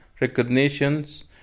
recognitions